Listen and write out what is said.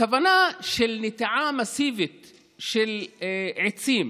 הכוונה של נטיעה מסיבית של עצים